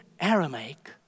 Aramaic